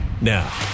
Now